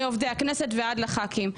מעובדי הכנסת ועד לחברי הכנסת.